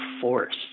force